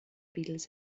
beatles